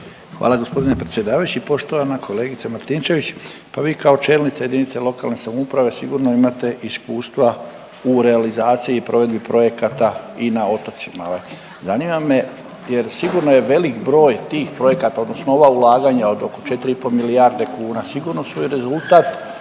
Hvala g. predsjedavajući, poštovana kolegice Martinčević. Pa vi kao čelnica jedinice lokalne samouprave sigurno imate iskustva u realizaciji i provedbi projekata i na otocima. Zanima me jer sigurno je velik broj tih projekata, odnosno ova ulaganja od oko 4,5 milijarde kuna sigurno su i rezultat